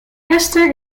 esther